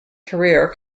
career